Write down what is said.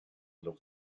leur